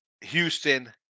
Houston